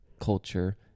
culture